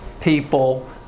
people